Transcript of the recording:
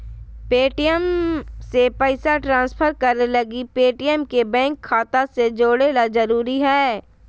Paytm से पैसा transfer करे लगी पेटीएम के बैंक खाता से जोड़े ल जरूरी हय